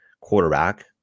quarterback